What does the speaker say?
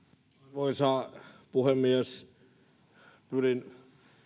arvoisa puhemies pyrin